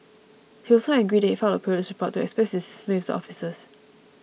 he was so angry that he filed a police report to express his dismay with the officers